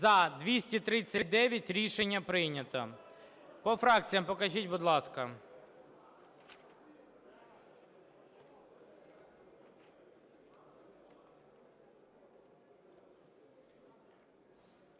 За-239 Рішення прийнято. По фракціям покажіть, будь ласка.